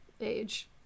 age